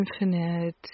infinite